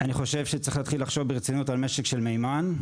אני חושב שצריך לחשוב ברצינות על משק של מימן,